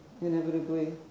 inevitably